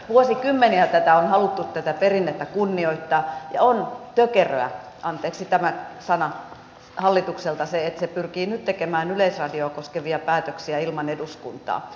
vuosikymmeniä on haluttu tätä perinnettä kunnioittaa ja on tökeröä anteeksi tämä sana hallitukselta että se pyrkii nyt tekemään yleisradiota koskevia päätöksiä ilman eduskuntaa